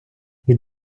від